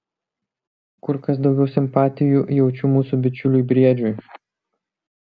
kur kas daugiau simpatijų jaučiu mūsų bičiuliui briedžiui